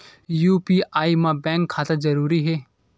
UPI मा bank खाता जरूरी हे?